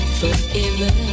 forever